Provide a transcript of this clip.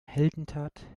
heldentat